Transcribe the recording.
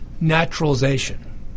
naturalization